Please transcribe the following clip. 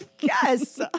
Yes